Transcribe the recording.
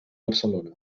barcelona